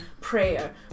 prayer